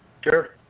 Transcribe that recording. Sure